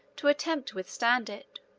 to attempt to withstand it.